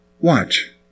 Watch